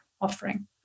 offering